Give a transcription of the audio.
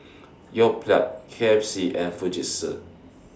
Yoplait K F C and Fujitsu